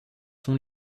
sont